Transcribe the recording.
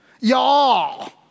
Y'all